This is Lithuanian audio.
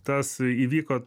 tas įvyko